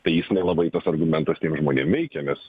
tai jis nelabai tas argumentas tiem žmonėm veikia nes